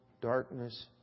darkness